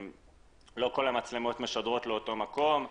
לא כל המצלמות משדרות לאותו מקום.